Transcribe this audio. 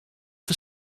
for